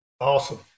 Awesome